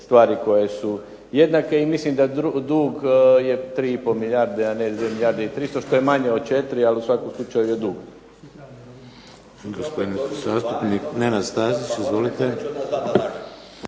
stvari koje su jednake. I mislim da dug je 3 i pol milijarde, a ne 2 milijarde i 300 što je manje od 4. Ali u svakom slučaju je dug.